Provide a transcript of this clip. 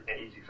easy